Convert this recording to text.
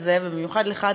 ובמיוחד לך,